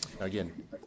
again